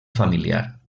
familiar